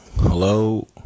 Hello